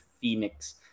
Phoenix